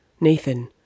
Nathan